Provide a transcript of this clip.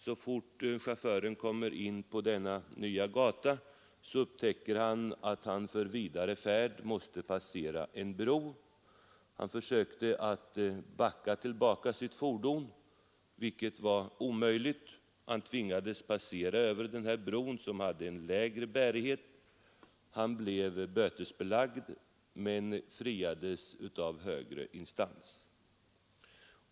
Så snart chauffören kom in på denna nya gata upptäckte han att han för vidare färd måste passera en bro. Han försökte att backa tillbaka sitt ekipage, vilket var omöjligt. Han tvingades passera över bron, som hade en alltför låg bärighet. Han fick bötesföreläggande men friades av högre instans.